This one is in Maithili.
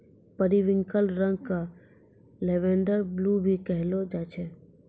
पेरिविंकल रंग क लेवेंडर ब्लू भी कहलो जाय छै